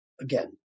again